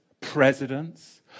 presidents